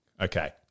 Okay